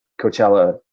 Coachella